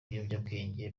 biyobyabwenge